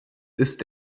ist